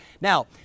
Now